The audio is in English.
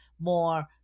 more